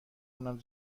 اونم